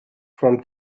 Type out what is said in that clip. from